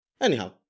Anyhow